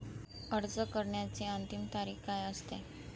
अर्ज करण्याची अंतिम तारीख काय असते?